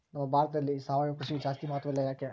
ನಮ್ಮ ಭಾರತದಲ್ಲಿ ಸಾವಯವ ಕೃಷಿಗೆ ಜಾಸ್ತಿ ಮಹತ್ವ ಇಲ್ಲ ಯಾಕೆ?